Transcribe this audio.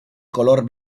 color